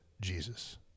Jesus